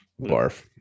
barf